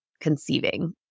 conceiving